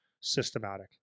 systematic